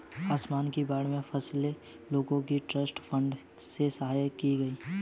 आसाम की बाढ़ में फंसे लोगों की ट्रस्ट फंड से सहायता की गई